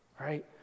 right